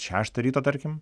šeštą ryto tarkim